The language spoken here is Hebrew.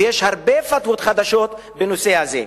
ויש הרבה פתוות חדשות בנושא הזה.